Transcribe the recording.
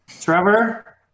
Trevor